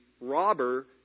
robber